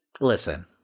listen